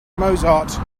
mozart